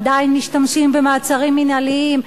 עדיין משתמשים במעצרים מינהליים,